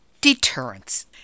deterrence